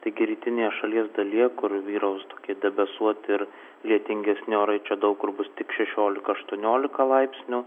taigi rytinėje šalies dalyje kur vyraus debesuoti ir lietingesni orai čia daug kur bus tik šešiolika aštuoniolika laipsnių